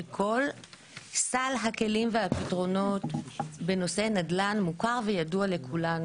שכל סך הכלים והפתרונות בנושא נדל"ו מוכר וידוע לכולנו.